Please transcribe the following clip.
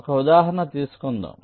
ఒక ఉదాహరణ తీసుకుందాం